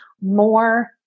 more